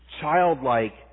Childlike